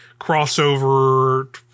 crossover